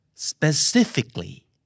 Specifically